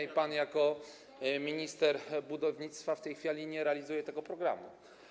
i pan jako minister budownictwa w tej chwili nie realizuje tego programu.